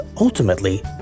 ultimately